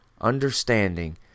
understanding